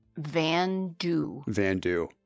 Vandu